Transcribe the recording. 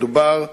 מדובר על,